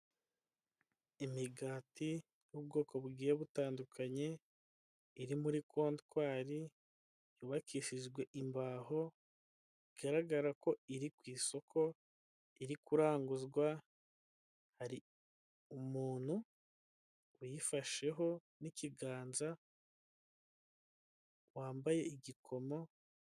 Imigati y'ubwoko bugiye butandukanye, iri muri kontwari yubakishijwe imbaho, bigaragara ko iri ku isoko, iri kuranguzwa, hari umuntu uyifasheho n'ikiganza, wambaye igikomo.